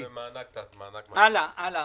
הלאה.